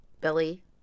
Billy